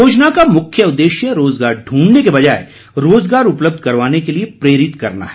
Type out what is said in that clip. योजना का मुख्य उदेश्य रोजगार ढूंढने के बजाए रोजगार उपलब्ध करवाने के लिए प्रेरित करना है